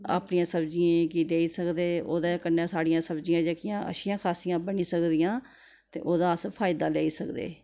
आपनियें सब्ज़ियें गी देई सकदे ओह्दे कन्नै साढ़ियां सब्ज़ियां जेह्कियां अच्छियां खासियां बनी सकदियां ते ओह्दा अस फायदा लेई सकदे